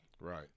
right